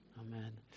amen